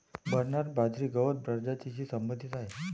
Bernard बाजरी गवत प्रजातीशी संबंधित आहे